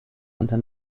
unter